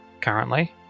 currently